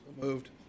Moved